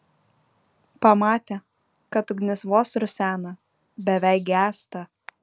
pamatė kad ugnis vos rusena beveik gęsta